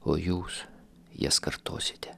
o jūs jas kartosite